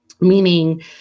meaning